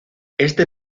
este